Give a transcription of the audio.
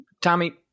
Tommy